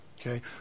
Okay